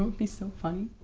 be so funny?